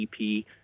ep